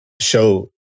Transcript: show